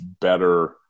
better